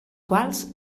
quals